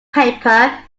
paper